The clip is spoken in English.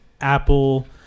Apple